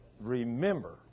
Remember